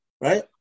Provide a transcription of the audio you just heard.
right